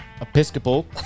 Episcopal